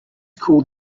called